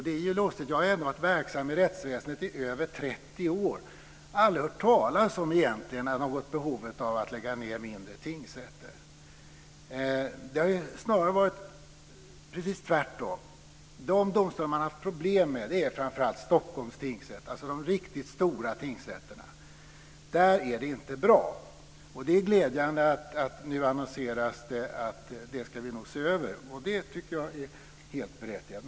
Det är ju lustigt, jag har ändå varit verksam i rättsväsendet i över 30 år och aldrig egentligen hört talas om något behov av att lägga ned mindre tingsrätter. Det har snarare varit precis tvärtom. De domstolar man har haft problem med är framför allt Stockholms tingsrätt, alltså de riktigt stora tingsrätterna. Där är det inte bra. Och det är glädjande att det nu annonseras att vi nog ska se över detta. Det tycker jag är helt berättigat.